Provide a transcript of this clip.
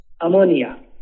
Ammonia